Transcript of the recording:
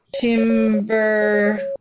Timber